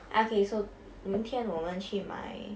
ah okay so 明天我们去买